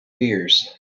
beers